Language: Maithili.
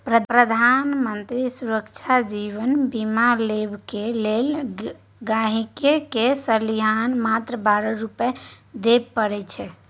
प्रधानमंत्री सुरक्षा जीबन बीमा लेबाक लेल गांहिकी के सलियाना मात्र बारह रुपा दियै परै छै